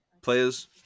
players